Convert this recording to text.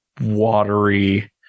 watery